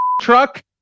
truck